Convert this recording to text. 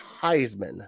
Heisman